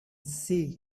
see